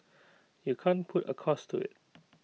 you can't put A cost to IT